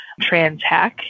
TransHack